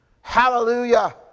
Hallelujah